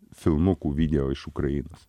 filmukų video iš ukrainos